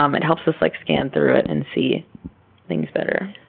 um it helps us like scan through it and see things better.